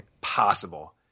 possible